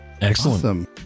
Excellent